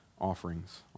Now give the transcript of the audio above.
offerings